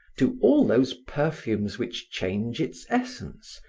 to all those perfumes which change its essence,